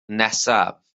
nesaf